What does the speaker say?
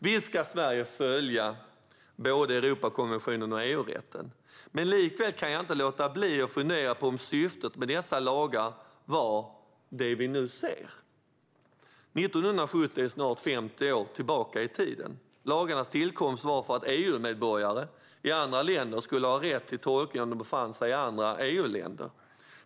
Visst ska Sverige följa både Europakonventionen och EU-rätten, men likväl kan jag inte låta bli att fundera på om syftet med dessa lagar var det vi nu ser. 1970 är snart 50 år tillbaka i tiden. Lagarna tillkom för att EU-medborgare skulle ha rätt till tolk om de befann sig i andra EU-länder.